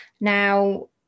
Now